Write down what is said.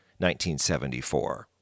1974